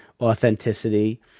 authenticity